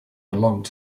belonged